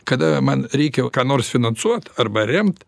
kada man reikia ką nors finansuot arba remt